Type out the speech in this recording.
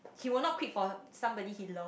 he will not quit for somebody he love